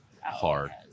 hard